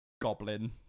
Goblin